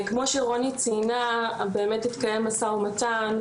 כמו שרוני ציינה, באמת התקיים משא ומתן,